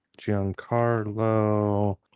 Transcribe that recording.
Giancarlo